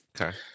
Okay